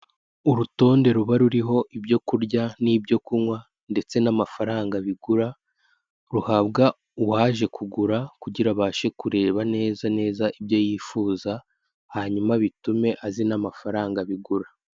Urutonde ruba ruriho ibyo kurya n'ibyo kunywa ndetse n'amafaranga bigura ruhabwa uwaje kugura kugira abashe kureba neza neza ibyo yifuza, hanyuma bitume azi n'amafaranga bigura.